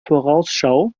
vorausschau